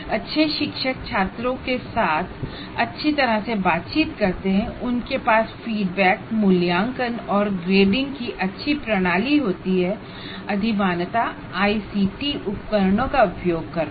अच्छे शिक्षक छात्रों के साथ अच्छी तरह से बातचीत करते हैं उनके पास फीडबैक असेसमेंट और ग्रेडिंग की अच्छी प्रणाली होती है अधिमानतः आईसीटी टूल्स का उपयोग करते हुए